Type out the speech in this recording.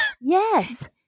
Yes